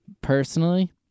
Personally